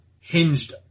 hinged